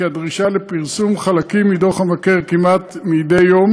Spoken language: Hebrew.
כי הדרישה לפרסום חלקים מדוח המבקר כמעט מדי יום